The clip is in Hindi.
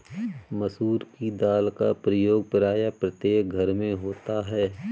मसूर की दाल का प्रयोग प्रायः प्रत्येक घर में होता है